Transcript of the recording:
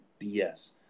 BS